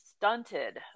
stunted